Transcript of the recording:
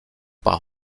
par